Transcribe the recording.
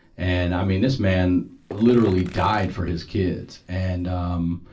and, i mean this man literally died for his kids. and, um,